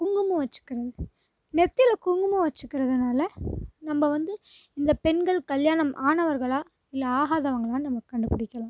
குங்குமம் வச்சுக்கணும் நெற்றில குங்குமம் வச்சுகிறதுனால் நம்ம வந்து இந்த பெண்கள் கல்யாணம் ஆனவர்களாக இல்லை ஆகாதவங்களான்னு நம்ம கண்டுபிடிக்கலாம்